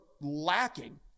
lacking